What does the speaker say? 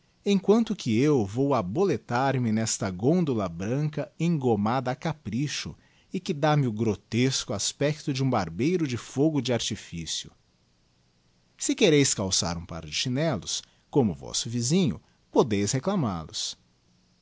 emquanto que eu vou aboletar me nesta gôndola branca engomada a capricho e que dá-me o grotesco aspecto de um barbeiro de fogo de artificio se quereis calçar um par de chinellos como vosso visinho podeis reciamal os